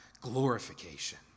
glorification